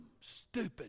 Stupid